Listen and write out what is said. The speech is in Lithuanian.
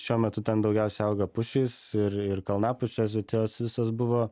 šiuo metu ten daugiausia auga pušys ir ir kalnapušės bet jos visos buvo